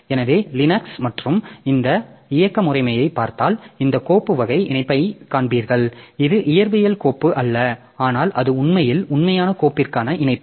எனவே லினக்ஸ் மற்றும் இந்த இயக்க முறைமைகளைப் பார்த்தால் இந்த கோப்பு வகை இணைப்பை காண்பீர்கள் இது இயற்பியல் கோப்பு அல்ல ஆனால் அது உண்மையில் உண்மையான கோப்பிற்கான இணைப்பு